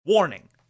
Warning